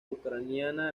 ucraniana